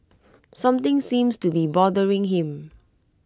something seems to be bothering him